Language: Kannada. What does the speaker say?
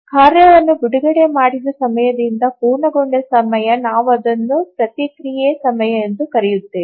ಕಾರ್ಯವನ್ನು ಬಿಡುಗಡೆ ಮಾಡಿದ ಸಮಯದಿಂದ ಪೂರ್ಣಗೊಂಡ ಸಮಯ ನಾವು ಅದನ್ನು ಪ್ರತಿಕ್ರಿಯೆ ಸಮಯ ಎಂದು ಕರೆಯುತ್ತೇವೆ